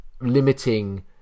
limiting